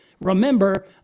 Remember